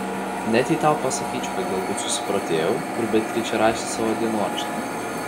net jei tau pasakyčiau kad galbūt susiprotėjau kur beatričė rašė savo dienoraštį